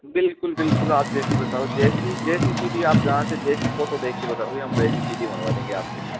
बिलकुल बिलकुल आप जैसी बताओ जैसी जैसी सीढ़ी आप जहां से जेसी फ़ोटो देख के बताओगे हम वैसी सीढ़ी बनवा देंगे आपके लिए